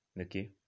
Okay